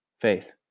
Faith